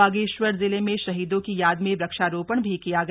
बागेश्वर जिले में शहीदों की याद में वृक्षारोपण भी किया गया